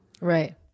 Right